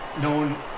known